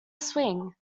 swing